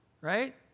right